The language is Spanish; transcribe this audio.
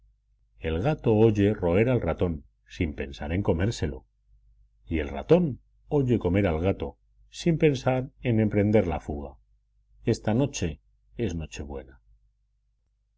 el gato oye roer al ratón sin pensar en comérselo y el ratón oye comer al gato sin pensar en emprender la fuga esta noche es nochebuena